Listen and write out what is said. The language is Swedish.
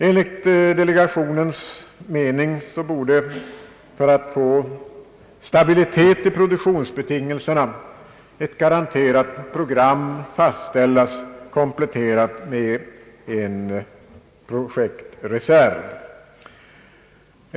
Enligt delegationens mening borde man för att få stabilitet i produktionsbetingelserna fastställa ett garanterat program, kompletterat med en projektreserv.